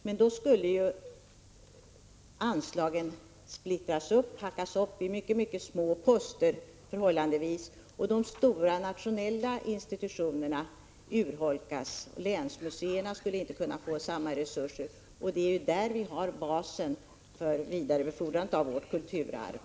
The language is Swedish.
Men då skulle ju anslagen splittras upp i förhållandevis mycket, mycket små poster, och de stora nationella institutionerna skulle urholkas. Inte heller länsmuseerna skulle då kunna få samma resurser, och det är där vi har basen för förvaltandet av vårt kulturarv.